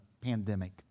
pandemic